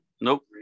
Nope